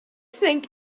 think